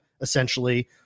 essentially